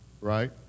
right